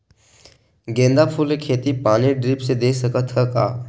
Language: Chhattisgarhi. गेंदा फूल के खेती पानी ड्रिप से दे सकथ का?